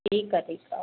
ठीकु आहे ठीकु आहे